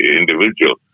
individual